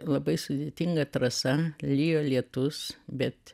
labai sudėtinga trasa lijo lietus bet